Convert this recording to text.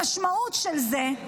המשמעות של זה,